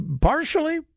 partially